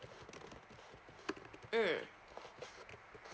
mm